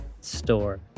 store